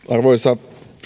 arvoisa